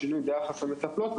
שינוי ביחס למטפלות,